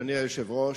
אדוני היושב-ראש,